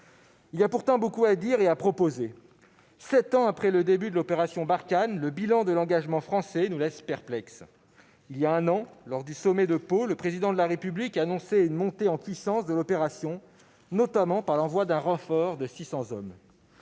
Il y a pourtant beaucoup à dire et à proposer ! Sept ans après le début de l'opération Barkhane, le bilan de l'engagement français nous laisse perplexes. Voilà un an, lors du sommet de Pau, le Président de la République annonçait une montée en puissance de l'opération, notamment par l'envoi d'un renfort de 600 hommes.